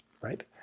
right